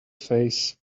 face